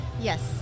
Yes